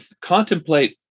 contemplate